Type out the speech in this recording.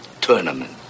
Tournament